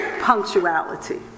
punctuality